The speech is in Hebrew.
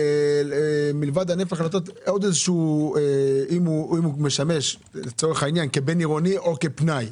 למשל אם הוא משמש כבין עירוני או כפנאי.